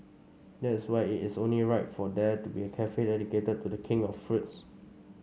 that is why it is only right for there to be a cafe dedicated to the king of fruits